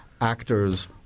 actors